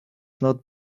not